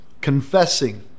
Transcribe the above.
Confessing